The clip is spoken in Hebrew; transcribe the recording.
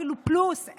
אפילו פלוס,